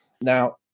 now